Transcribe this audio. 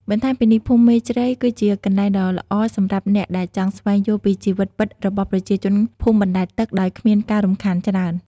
បន្ថែមពីនេះភូមិមេជ្រៃ គឺជាកន្លែងដ៏ល្អសម្រាប់អ្នកដែលចង់ស្វែងយល់ពីជីវិតពិតរបស់ប្រជាជនភូមិបណ្តែតទឹកដោយគ្មានការរំខានច្រើន។